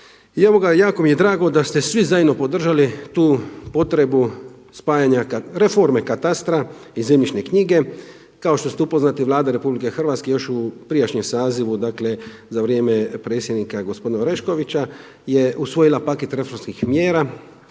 E evo ga, jako mi je drago da ste svi zajedno podržali tu potrebu reforme katastra i zemljišne knjige. Kao što ste upoznati Vlada Republike Hrvatske još u prijašnjem sazivu, dakle za vrijeme predsjednika gospodina Oreškovića je usvojila paket reformskih mjera,